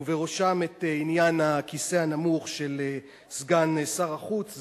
ובראשם עניין הכיסא הנמוך של סגן שר החוץ.